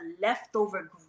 leftover